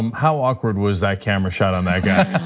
um how awkward was that camera shot on that guy?